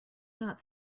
not